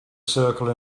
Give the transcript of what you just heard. circle